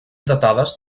datades